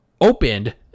opened